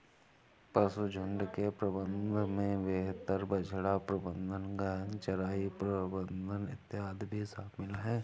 पशुझुण्ड के प्रबंधन में बेहतर बछड़ा प्रबंधन, गहन चराई प्रबंधन इत्यादि भी शामिल है